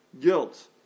guilt